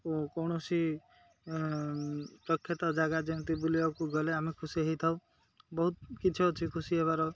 ଓ କୌଣସି ପ୍ରଖ୍ୟାତ ଜାଗା ଯେମିତି ବୁଲିବାକୁ ଗଲେ ଆମେ ଖୁସି ହେଇ ଥାଉ ବହୁତ କିଛି ଅଛି ଖୁସି ହେବାର